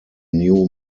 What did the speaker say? new